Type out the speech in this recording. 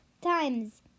times